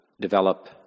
develop